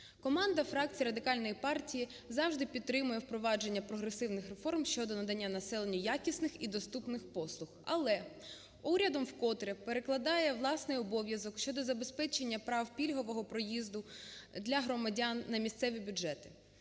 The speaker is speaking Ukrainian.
Команда фракції Радикальної партії завжди підтримує впровадження прогресивних реформ щодо надання населенню якісних і доступних послуг. Але уряд вкотре перекладає власний обов'язок щодо забезпечення прав пільгового проїзду для громадян на місцеві бюджети.